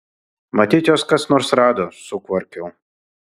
matyt juos kas nors rado sukvarkiau